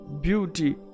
beauty